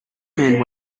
men